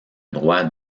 droit